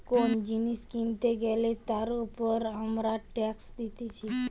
কোন জিনিস কিনতে গ্যালে তার উপর আমরা ট্যাক্স দিতেছি